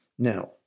Now